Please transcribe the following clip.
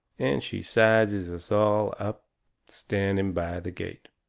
and she sizes us all up standing by the gate,